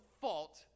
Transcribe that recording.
fault